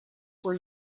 were